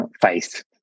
face